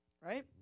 right